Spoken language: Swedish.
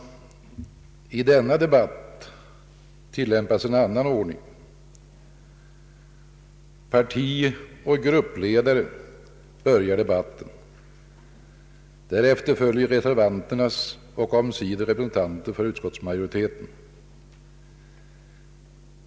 I denna debatt tillämpas en annan ordning. Partioch gruppledare börjar debatten, därefter följer reservanternas talesmän och omsider representanter för utskottsmajoriteten.